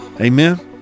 Amen